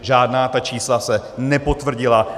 Žádná ta čísla se nepotvrdila.